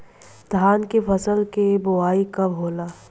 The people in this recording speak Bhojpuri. धान के फ़सल के बोआई कब होला?